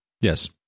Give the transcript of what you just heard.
Yes